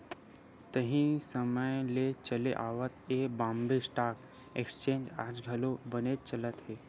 तइहा समे ले चले आवत ये बॉम्बे स्टॉक एक्सचेंज आज घलो बनेच चलत हे